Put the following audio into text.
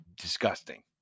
disgusting